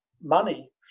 money